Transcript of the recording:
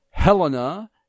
Helena